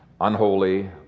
unholy